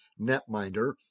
netminder